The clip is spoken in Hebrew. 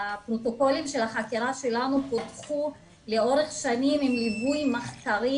הפרוטוקולים של החקירה שלנו פותחו לאורך שנים עם ליווי מחקרי